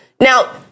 Now